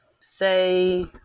say